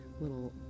little